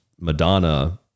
Madonna